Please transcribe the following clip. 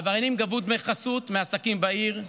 העבריינים גבו דמי חסות מעסקים בעיר,